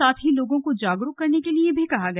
साथ ही लोगों को जागरूक करने के लिए भी कहा गया